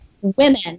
women